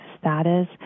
status